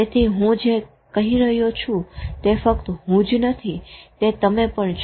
તેથી હું જે કહી રહ્યો છું તે ફક્ત હું જ નથી તે તમે પણ છો